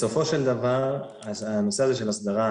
בסופו של דבר הנושא הזה של הסדרה,